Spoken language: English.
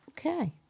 Okay